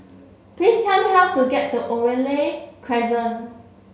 please tell me how to get to Oriole Crescent